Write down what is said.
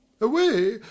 Away